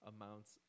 amounts